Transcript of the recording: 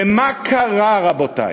ומה קרה, רבותי?